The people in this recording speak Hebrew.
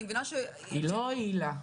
היא לא הועילה.